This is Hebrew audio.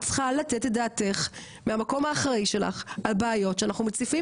את צריכה לתת את דעתך מהמקום האחראי שלך על בעיות שאנחנו מציפים